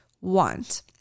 want